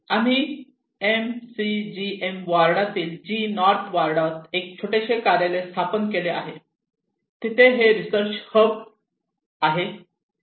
आम्ही एमसीजीएम वॉर्डा तील जी नॉर्थ वॉर्डात एक छोटेसे कार्यालय स्थापन केले आहे तिथे हे रीसर्च हब कडून आहे